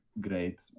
great